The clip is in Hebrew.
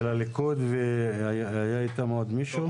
הליכוד, והיה איתם עוד מישהו?